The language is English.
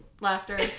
laughter